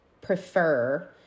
prefer